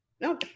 no